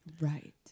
Right